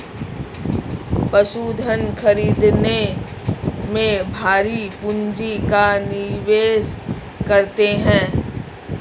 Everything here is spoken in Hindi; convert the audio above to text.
पशुधन खरीदने में भारी पूँजी का निवेश करते हैं